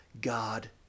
God